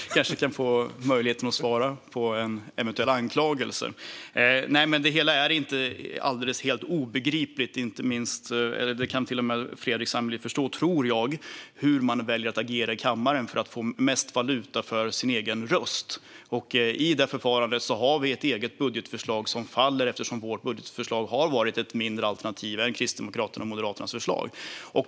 Fru talman! Jag ska försöka svara på en eventuell anklagelse. Det hela är inte helt obegripligt. Jag tror att Fredrik Lundh Sammeli kan förstå hur man väljer att agera i kammaren för att få mest valuta för sin egen röst. I detta förfarande har vi ett eget budgetförslag som faller, eftersom vårt budgetförslag har varit ett mindre alternativ än Kristdemokraternas och Moderaternas förslag.